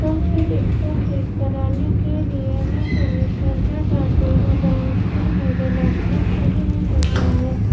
تو پھر اس کو ٹھیک کرانے کے لیے میں سروس سینٹر جاتی ہوں جہاں پر میرے لیپ ٹاپ صحیح ہو جاتا ہے